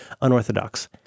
Unorthodox